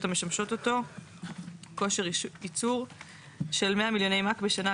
המשמשות אותו כושר ייצור של 100 מיליוני מ"ק בשנה,